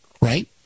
right